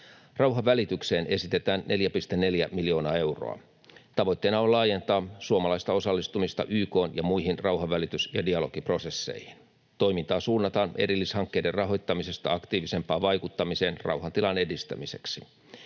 Rauhanvälitykseen esitetään 4,4 miljoonaa euroa. Tavoitteena on laajentaa suomalaista osallistumista YK:n ja muihin rauhanvälitys- ja dialogiprosesseihin. Toimintaa suunnataan erillishankkeiden rahoittamisesta aktiivisempaan vaikuttamiseen rauhantilan edistämiseksi.